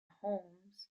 holmes